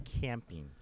camping